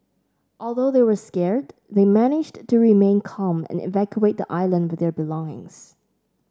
although they were scared they managed to remain calm and evacuate the island with their belongings